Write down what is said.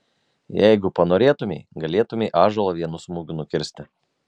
jeigu panorėtumei galėtumei ąžuolą vienu smūgiu nukirsti